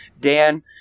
Dan